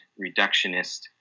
reductionist